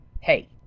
hey